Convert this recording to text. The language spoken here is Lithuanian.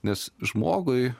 nes žmogui